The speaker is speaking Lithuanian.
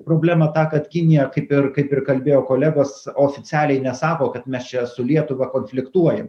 problema ta kad kinija kaip ir kaip ir kalbėjo kolegos oficialiai nesako kad mes čia su lietuva konfliktuojam